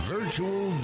Virtual